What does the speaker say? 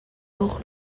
pour